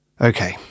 Okay